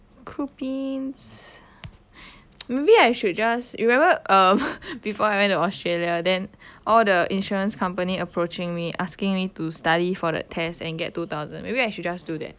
cool beans maybe I should just you remember um before I went to australia then all the insurance company approaching me asking me to study for the test and get two thousand maybe I should just do that